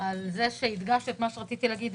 על כך שהדגשת את מה שרציתי להגיד.